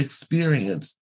experience